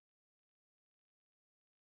there's a yellow tower with